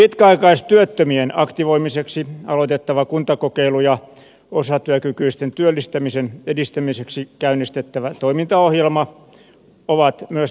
pitkäaikaistyöttömien aktivoimiseksi aloitettava kuntakokeilu ja osatyökykyisten työllistämisen edistämiseksi käynnistettävä toimintaohjelma ovat myös tärkeitä toimenpiteitä